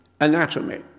anatomy